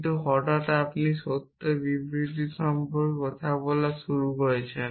কিন্তু হঠাৎ আপনি সত্য বিবৃতি সম্পর্কে কথা বলতে শুরু করেছেন